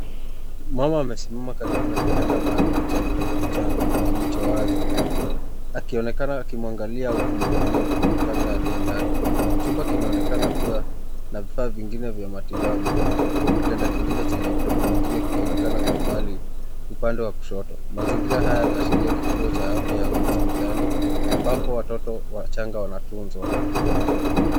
Mama amesimama karibu na kitanda maalum cha mtoto mchanga kilicho wazi akionekana akimwangalia au kumhudumia mtoto mchanga aliyendani ,chumba kinaonekana kuwa na vifaa vingine vya matibabu huku kitanda kingine chenye mtoto mwingine kikionekana kwa umbali upande wa kushoto , mazingira haya yanaashiria kituo cha afya au hospitali ambapo watoto wachanga wanatunzwa.